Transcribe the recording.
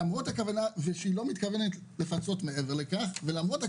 למרות הכוונה הראשונית לא לפצות מעבר לכך, הורתה